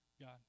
God